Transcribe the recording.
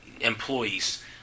employees